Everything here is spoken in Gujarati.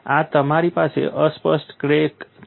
તમારી પાસે અસ્પષ્ટ ક્રેક ટીપ છે